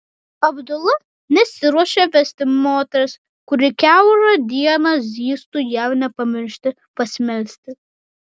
abdula nesiruošė vesti moters kuri kiaurą dieną zyztų jam nepamiršti pasimelsti